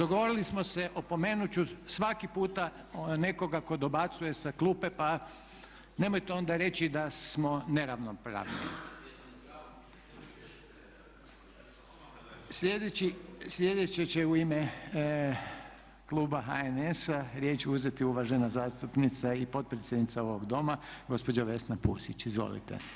Opomenut ću svaki puta nekoga tko dobacuje sa klupe pa nemojte onda reći da smo neravnopravni. … [[Upadica se ne razumije.]] Sljedeća će u ime kluba HNS-a riječ uzeti uvažena zastupnica i potpredsjednica ovog Doma gospođa Vesna Pusić, izvolite.